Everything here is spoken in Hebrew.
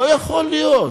לא יכול להיות,